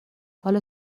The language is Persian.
حالا